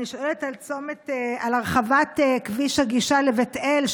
אני שואלת על הרחבת כביש הגישה לבית אל,